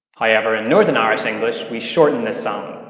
however, in northern irish english, we shorten this sound,